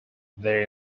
they